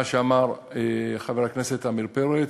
מה שאמר חבר הכנסת עמיר פרץ.